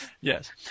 Yes